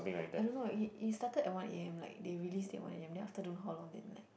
I don't know it it started at one A_M like they release at one A_M then after don't know after how long that night